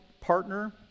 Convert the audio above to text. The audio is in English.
partner